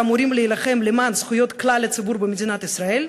שאמורים להילחם למען זכויות כלל הציבור במדינת ישראל,